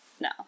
No